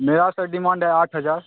मेरा तो डिमांड है आठ हजार